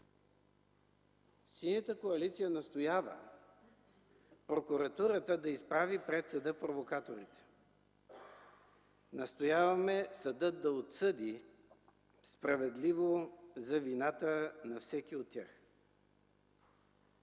Синята коалиция настоява прокуратурата да изправи пред съда провокаторите. Настояваме съдът да отсъди справедливо за вината на всеки от тях.